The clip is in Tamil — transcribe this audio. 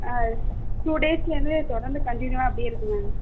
டூ டேஸ்லிருந்தே தொடர்ந்து கண்டினியூவாக அப்படியே இருக்குது மேம்